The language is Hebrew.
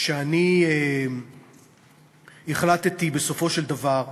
לכך שהחלטתי בסופו של דבר,